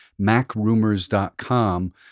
MacRumors.com